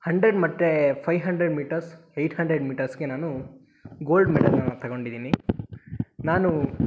hundred ಮತ್ತು five hundred metres eight hundred ಮೀಟರ್ಸಿಗೆ ನಾನು ಗೋಲ್ಡ್ ಮೆಡಲನ್ನು ತಗೊಂಡಿದ್ದೀನಿ ನಾನು